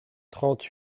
trente